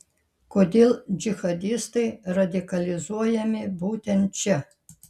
kodėl džihadistai radikalizuojami būtent čia